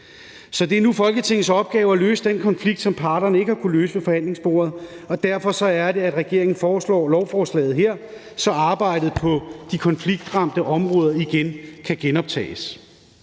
Så det er nu Folketingets opgave at løse den konflikt, som parterne ikke har kunnet løse ved forhandlingsbordet, og derfor er det, at regeringen fremsætter lovforslaget her, så arbejdet på de konfliktramte områder kan genoptages.